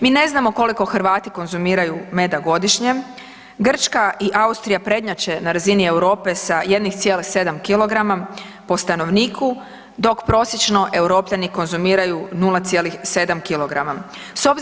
Mi ne znamo koliko Hrvati konzumiraju meda godišnje, Grčka i Austrija prednjače na razini Europe sa 1,7 kg po stanovniku dok prosječno Europljani konzumiraju 0,7 kilograma.